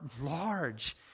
large